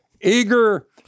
eager